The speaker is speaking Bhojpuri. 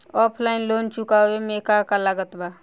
ऑफलाइन लोन चुकावे म का का लागत बा?